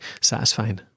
satisfying